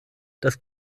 das